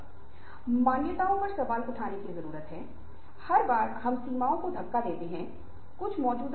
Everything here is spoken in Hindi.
इसलिए मैं कुछ स्लाइड दिखा रहा हूँ और फिर मैं आगे की व्याख्या करूँगा